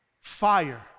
fire